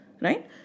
Right